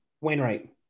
Wainwright